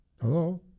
Hello